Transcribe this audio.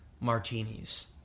martinis